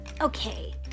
okay